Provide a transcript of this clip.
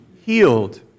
healed